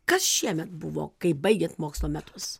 kas šiemet buvo kai baigėt mokslo metus